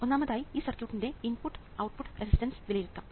ഒന്നാമതായി ഈ സർക്യൂട്ടിന്റെ ഇൻപുട്ട് ഔട്ട്പുട്ട് റെസിസ്റ്റൻസ് വിലയിരുത്താം